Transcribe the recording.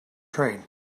train